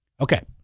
okay